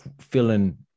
feeling